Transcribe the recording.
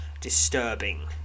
disturbing